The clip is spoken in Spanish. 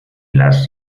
las